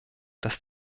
dass